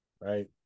right